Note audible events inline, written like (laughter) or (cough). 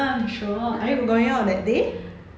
(laughs)